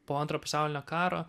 po antro pasaulinio karo